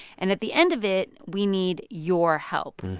and at the end of it, we need your help.